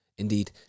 Indeed